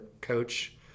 coach